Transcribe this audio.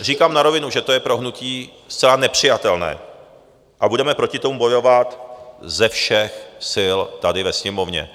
Říkám na rovinu, že to je pro hnutí zcela nepřijatelné a budeme proti tomu bojovat ze všech sil tady ve Sněmovně.